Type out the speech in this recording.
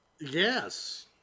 Yes